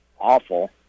awful